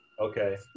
Okay